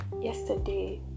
Yesterday